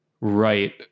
Right